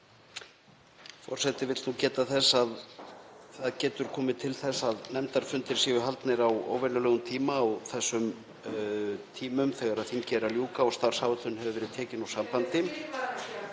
það getur komið til þess að nefndafundir séu haldnir á óvenjulegum tíma og á þessum tímum þegar þingi er að ljúka og starfsáætlun hefur verið tekin úr sambandi.